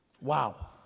Wow